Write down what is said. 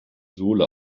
sohle